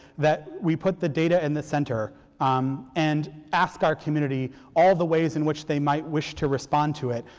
that we put the data in the center um and asked our community all of the ways in which they might wish to respond to it,